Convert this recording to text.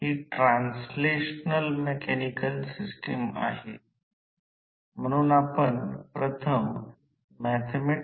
transformer प्रमाणे या दोन्ही गोष्टी या बाजूने आणतील